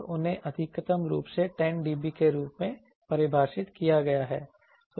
तो उन्हें अधिकतम रूप से 10 dB के रूप में परिभाषित किया गया है